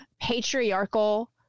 patriarchal